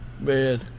man